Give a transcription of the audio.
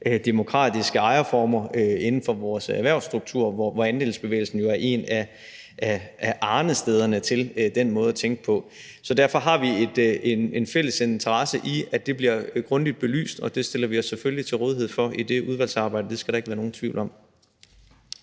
demokratiske ejerformer inden for vores erhvervsstruktur, hvor andelsbevægelsen jo er et af arnestederne til den måde at tænke på. Derfor har vi en fælles interesse i, at det bliver grundigt belyst, og det stiller vi os selvfølgelig til rådighed for i det udvalgsarbejde. Det skal der ikke være nogen tvivl om.